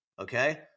Okay